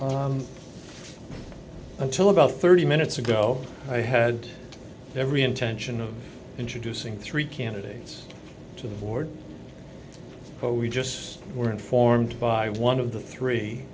town until about thirty minutes ago i had every intention of introducing three candidates to the board we just were informed by one of the three